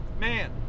man